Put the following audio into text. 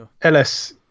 LS